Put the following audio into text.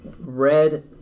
red